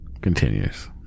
continues